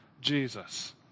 Jesus